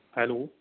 hello